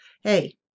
hey